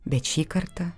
bet šį kartą